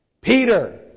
Peter